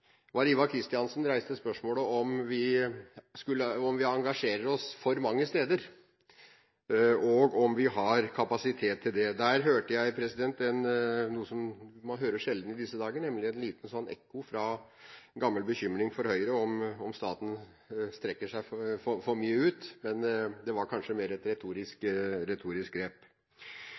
reiste spørsmålet om vi engasjerer oss for mange steder, og om vi har kapasitet til det. Der hørte jeg noe man sjelden hører i disse dager, nemlig et lite ekko fra gammelt av: bekymring fra Høyre om staten strekker seg for mye ut. Men det var kanskje mer et retorisk grep.